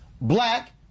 Black